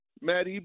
Matt